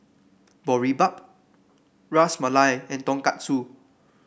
Boribap Ras Malai and Tonkatsu